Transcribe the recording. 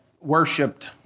worshipped